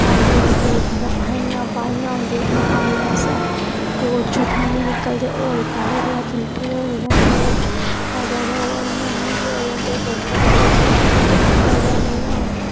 पैह्लें जेह्के बाइयां बाइयां होंदियां हियां पानी आस्तै कोरजू पानी निकलदा ते ओह् पैह्ले फिल्टर होए दा होंदा ते ओह् इ'यां नेईं बी होए दे होंदे फिल्टर ते कोरजू पानी निकलदे नेईं